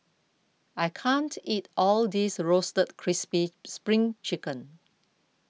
I can't eat all of this Roasted Crispy Spring Chicken